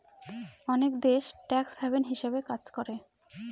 অনেক দেশ tax haven হিসাবে কাজ করে